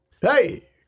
Hey